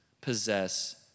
possess